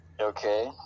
Okay